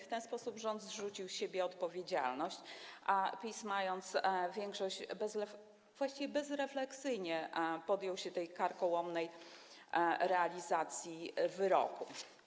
W ten sposób rząd zrzucił z siebie odpowiedzialność, a PiS, mając większość, właściwie bezrefleksyjnie podjął się karkołomnej realizacji wyroku.